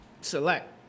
select